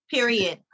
Period